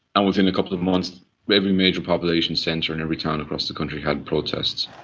and within a couple of months every major population centre and every town across the country had protests.